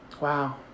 Wow